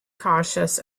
cautious